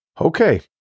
Okay